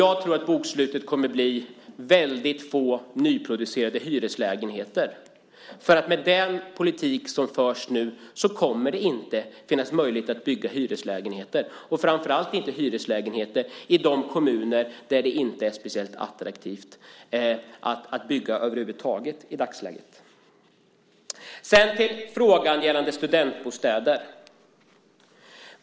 Jag tror att bokslutet kommer att visa att det blev väldigt få nyproducerade hyreslägenheter, för med den politik som nu förs kommer det inte att finnas möjligheter att bygga hyreslägenheter, framför allt inte i de kommuner där det i dagsläget inte är speciellt attraktivt att bygga över huvud taget. Så har vi frågan om studentbostäder.